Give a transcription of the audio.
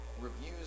reviews